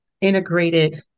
integrated